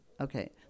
Okay